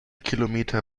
kilometer